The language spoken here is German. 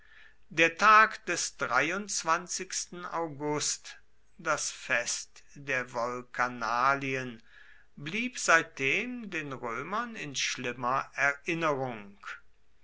der tag des august das fest der volkanalien blieb seitdem den römern in schlimmer erinnerung